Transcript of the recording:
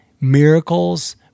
miracles